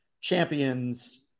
champions